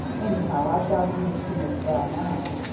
anyhow i've got used to miss bell now.